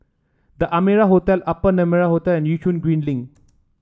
The Amara Hotel Upper Neram Hotel and Yishun Green Link